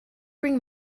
bring